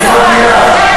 תעשה לי טובה,